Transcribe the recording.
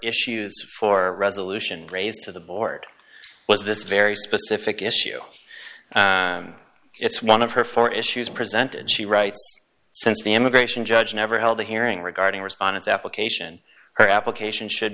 issues for resolution raised to the board was this very specific issue it's one of her four issues presented she writes since the immigration judge never held a hearing regarding was on its application her application should